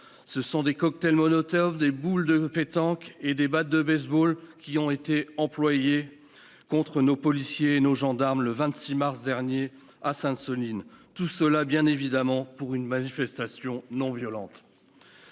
Ce sont des cocktails Molotov, des boules de pétanque et des battes de base-ball qui ont été employés contre nos policiers et nos gendarmes le 26 mars dernier à Sainte-Soline- tout cela bien évidemment pour une manifestation non violente